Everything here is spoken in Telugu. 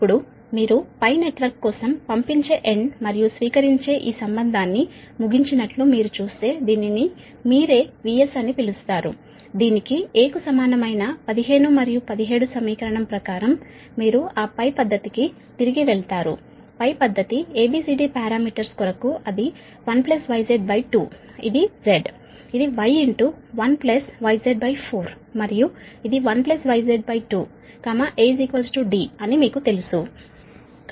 ఇప్పుడు మీరు నెట్వర్క్ కోసం రవాణాచేయు ఎండ్ మరియు స్వీకరించే ఈ సంబంధాన్ని ముగించినట్లు మీరు చూస్తే దీనిని మీరే VS అని పిలుస్తారు దీనికి A కు సమానమైన 15 మరియు 17 సమీకరణం ప్రకారం మీరు ఆ పద్ధతికి తిరిగి వెళతారు పద్ధతి ABCD పారామీటర్స్ కొరకు ఇది 1YZ2ఇది Z ఇది Y 1YZ4 మరియు ఇది 1YZ2 A D అని మీకు తెలుసు